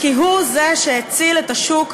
כי הוא זה שהציל את השוק,